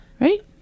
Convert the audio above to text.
right